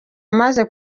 amaze